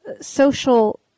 social